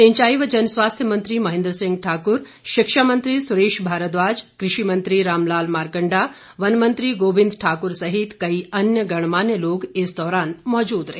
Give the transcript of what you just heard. सिंचाई व जनस्वास्थ्य मंत्री महेन्द्र सिंह ठाक्र शिक्षा मंत्री सुरेश भारद्वाज कृषि मंत्री रामलाल मारकंडा वन मंत्री गोविंद ठाक्र सहित कई अन्य गणमान्य लोग इस दौरान मौजूद रहे